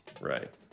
right